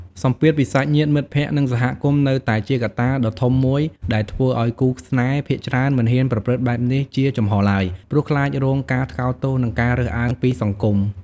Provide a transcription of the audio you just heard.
សម្ពាធពីសាច់ញាតិ មិត្តភក្តិ និងសហគមន៍នៅតែជាកត្តាដ៏ធំមួយដែលធ្វើឱ្យគូស្នេហ៍ភាគច្រើនមិនហ៊ានប្រព្រឹត្តបែបនេះជាចំហឡើយ ព្រោះខ្លាចរងការថ្កោលទោស និងការរើសអើងពីសង្គម។